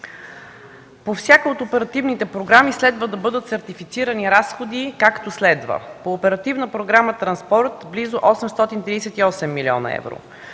По всяка от оперативните програми следва да бъдат сертифицирани разходи, както следва: по Оперативна програма „Транспорт” – близо 838 млн. евро;